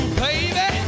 baby